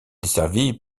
desservie